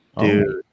Dude